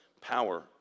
power